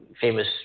famous